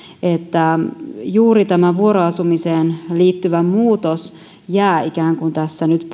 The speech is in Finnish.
että juuri tämä vuoroasumiseen liittyvä muutos jää tässä nyt